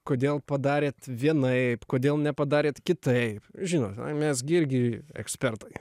kodėl padarėt vienaip kodėl nepadarėt kitaip žinot mes gi irgi ekspertai